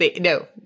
No